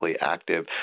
active